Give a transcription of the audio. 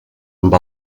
amb